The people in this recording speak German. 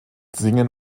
singen